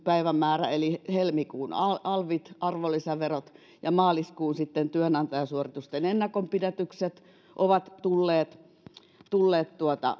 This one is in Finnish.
päivämäärä eli helmikuun alvit arvonlisäverot ja maaliskuun työnantajasuoritusten ennakonpidätykset ovat tulleet tulleet